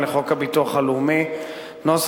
הנושא הבא על סדר-היום הוא הצעת חוק הביטוח הלאומי (תיקון מס'